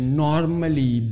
normally